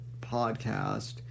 podcast